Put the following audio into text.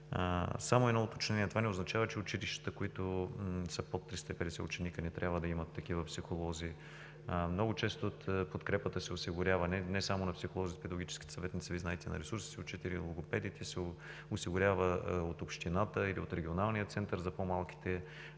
Само едно уточнение: това не означава, че училищата, които са с под 350 ученици не трябва да имат такива психолози. Много често подкрепата се осигурява не само на психолозите и педагогическите съветници, Вие знаете, на ресурсните учители, на логопедите се осигурява от общината или от регионалния център за по-малките